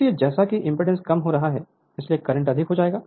इसलिए जैसा कि एमपीडांस कम हो रही है इसलिए करंट अधिक होगा